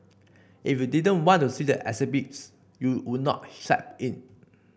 if you didn't want to see the exhibits you would not step in